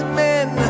men